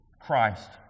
Christ